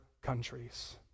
countries